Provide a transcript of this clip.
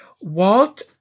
Walt